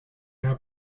now